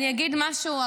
אני אגיד משהו.